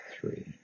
three